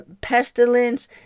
pestilence